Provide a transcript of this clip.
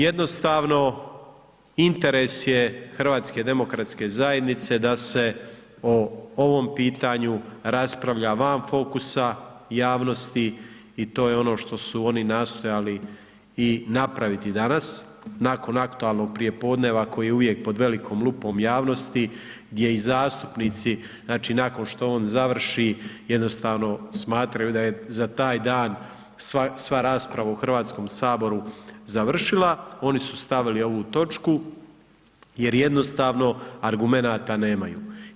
Jednostavno interes je HDZ-a da se o ovom pitanju raspravlja van fokusa javnosti i to je ono što su oni nastojali i napraviti danas, nakon aktualnog prijepodneva koje je pod velikom lupom javnosti gdje i zastupnici znači nakon što on završi jednostavno smatraju da je za taj dan sva rasprava u Hrvatskom saboru završila, oni su stavili ovu točku jer jednostavno argumenata nemaju.